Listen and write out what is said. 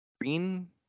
green